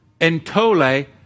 entole